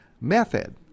method